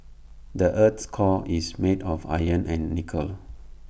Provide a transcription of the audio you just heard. the Earth's core is made of iron and nickel